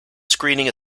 screening